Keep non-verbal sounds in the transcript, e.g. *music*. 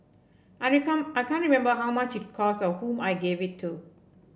I *unintelligible* I can't remember how much it cost or whom I gave it to